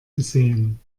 gesehen